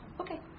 Okay